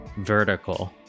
vertical